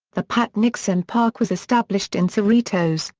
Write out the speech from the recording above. the pat nixon park was established in cerritos,